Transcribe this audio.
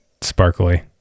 sparkly